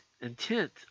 intent